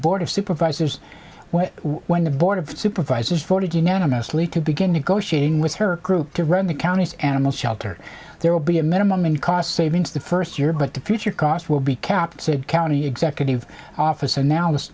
of supervisors when the board of supervisors voted unanimously to begin negotiating with her group to run the county animal shelter there will be a minimum and cost savings the first year but the future cost will be kept said county executive officer now